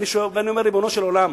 ואני אומר, ריבונו של עולם,